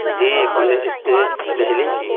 جی street Delhi